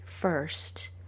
first